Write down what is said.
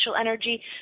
energy